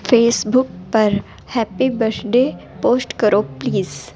Facebook پر happy birthday post کرو please